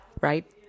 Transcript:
right